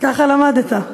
ככה למדת.